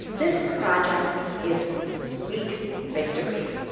this project is sweet victory